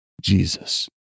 Jesus